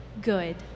good